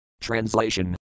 Translation